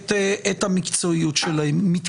יש לנו כסף לשמונה חודשים,